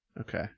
Okay